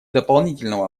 дополнительного